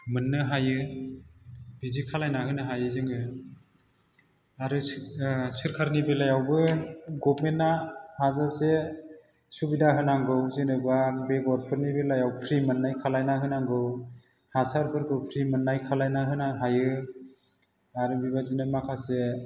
मोननो हायो बिदि खालामना होनो हायो जोङो आरो सोरखारनि बेलायावबो गबमेन्टआ हाजासे सुबिदा होनांगौ जेनबा बेगरफोरनि बेलायाव फ्रि मोननाय खालामना होनांगौ हासारफोरखौ फ्रि मोननाय खालामना होनो हायो आरो बेबायदिनो माखासे